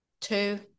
two